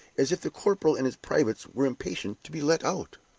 as if the corporal and his privates were impatient to be let out.